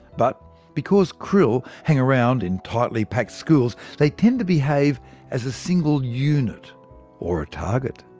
but because krill hang around in tightly packed schools, they tend to behave as a single unit or target.